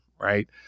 right